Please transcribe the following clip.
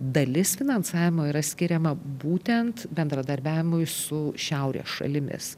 dalis finansavimo yra skiriama būtent bendradarbiavimui su šiaurės šalimis